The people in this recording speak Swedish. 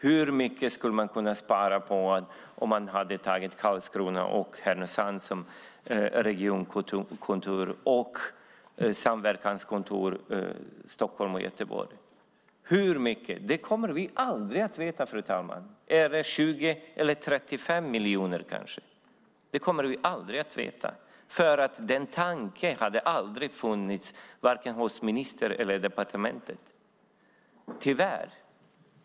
Hur mycket skulle man kunna spara om man hade lagt regionkontoren i Karlskrona och Härnösand och samverkanskontoren i Stockholm och Göteborg? Hur mycket? Det kommer vi aldrig att få veta, fru talman. Är det 20 eller 35 miljoner? Det kommer vi aldrig att få veta. Den tanken har aldrig funnits, varken hos ministern eller i departementet.